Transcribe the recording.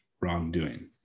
wrongdoing